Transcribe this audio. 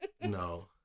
no